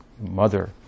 mother